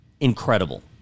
incredible